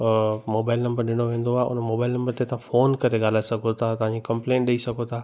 mobile number ॾिनो वेंदो आहे उन मोबाइल नंबर ते तव्हां फोन करे ॻाल्हाए सघो था तव्हांजी कंप्लेन ॾेई सघो था